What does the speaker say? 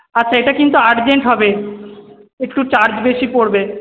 আচ্ছা এটা কিন্তু আর্জেন্ট হবে একটু চার্জ বেশী পড়বে